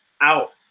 out